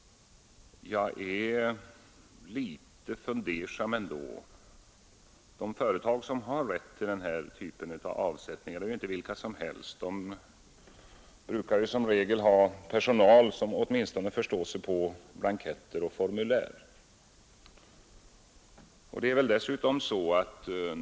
Jag är ändå litet fundersam. De företag som har rätt till denna typ av avsättning är inte vilka som helst; de har som regel personal som åtminstone förstår sig på blanketter och formulär.